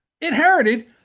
Inherited